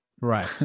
Right